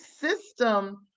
system